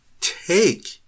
take